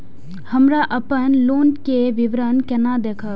हमरा अपन लोन के विवरण केना देखब?